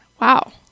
wow